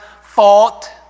fault